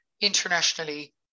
internationally